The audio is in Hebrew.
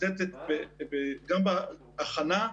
גם בהכנה,